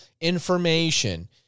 information